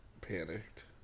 panicked